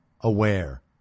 aware